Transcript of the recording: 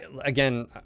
again